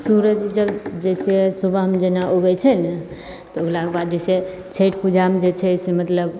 सूरज जब जैसे सुबहमे जेना उगय छै ने तऽ उगलाके बाद जैसे छठि पूजामे जे छै से मतलब